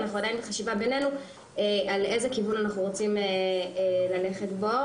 אנחנו עדיין בחשיבה בינינו על איזה כיוון אנחנו רוצים ללכת בו,